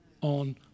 on